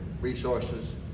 resources